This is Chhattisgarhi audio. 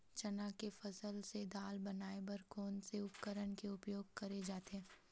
चना के फसल से दाल बनाये बर कोन से उपकरण के उपयोग करे जाथे?